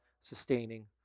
sustaining